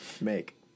make